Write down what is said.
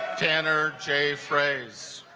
tanner j phrase